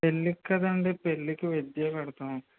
పెళ్ళికి కదండి పెళ్ళికి వెజ్ పెడతాము